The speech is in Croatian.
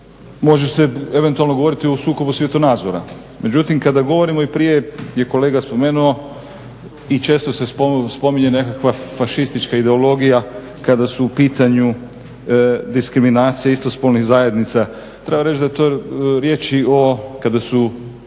Može se eventualno govoriti o sukobu svjetonazora. Međutim kada govorimo i prije je kolega spomenuo i često se spominje nekakva fašistička ideologija kada su u pitanju diskriminacije istospolnih zajednica. Treba reći da je to riječ i o, kada je